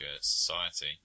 society